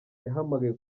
yahamagaye